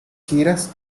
giras